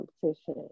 competition